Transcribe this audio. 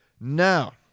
Now